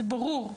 זה ברור.